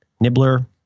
Nibbler